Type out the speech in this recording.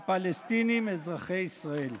"הפלסטינים אזרחי ישראל".